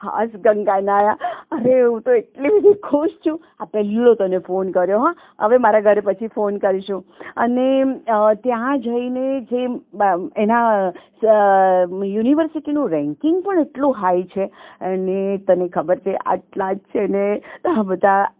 હાશ ગંગા નાહ્યાં અરે હું તો એટલી બધી ખુશ છું આ પહેલો તને ફોન કર્યો હં હવે મારા ઘરે પછી ફોન કરીશ હું અને ત્યાં જઈને જે એમ એના યુનિવર્સિટીનું રેન્કિંગ પણ એટલું હાઈ છે અને તને ખબર છે આટલા જ છે ને અને ત્યાં એટલા બધા